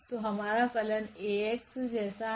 तो हमारा फलन Axजैसा है